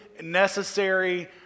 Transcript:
necessary